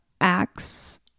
Acts